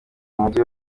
umugi